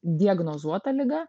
diagnozuota liga